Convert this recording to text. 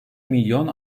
milyon